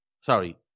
Sorry